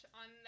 on